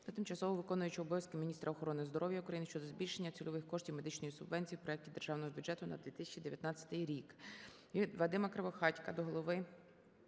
тимчасово виконуючої обов'язки Міністра охорони здоров'я України щодо збільшення цільових коштів медичної субвенції в проекті державного бюджету на 2019 рік. ВадимаКривохатька до голови